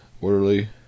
orderly